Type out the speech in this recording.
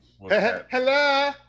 hello